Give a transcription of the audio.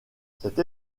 cette